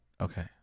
Okay